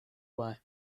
way